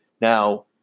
Now